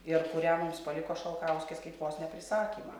ir kurią mums paliko šalkauskis kaip vos ne prisakymą